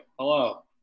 hello